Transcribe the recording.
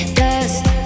dust